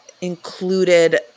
included